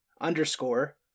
underscore